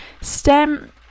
stem